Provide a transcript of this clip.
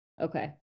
Okay